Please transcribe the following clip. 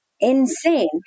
insane